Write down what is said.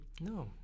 no